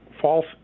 false